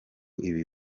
ibi